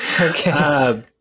Okay